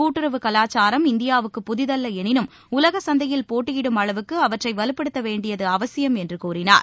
கூட்டுறவு கலாச்சாரம் இந்தியாவுக்குப் புதிதல்ல எனினும் உலக சந்தையில் போட்டியிடும் அளவுக்கு அவற்றை வலுப்படுத்த வேண்டியது அவசியம் என்று கூறினார்